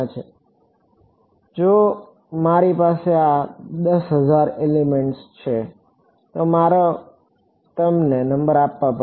હા જો મારી પાસે 10000 એલિમેન્ટ્સ છે તો મારે તેમને નંબર આપવા પડશે